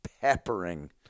peppering